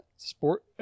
Sport